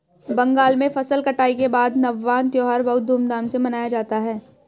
बंगाल में फसल कटाई के बाद नवान्न त्यौहार बहुत धूमधाम से मनाया जाता है